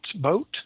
boat